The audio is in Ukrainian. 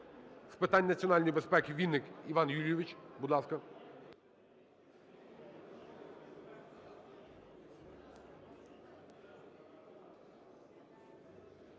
з питань національної безпеки Вінник Іван Юлійович. Будь ласка.